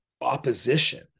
opposition